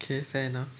okay fair enough